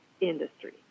industry